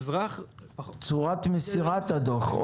צורת מסירת הדוח.